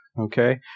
okay